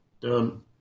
Done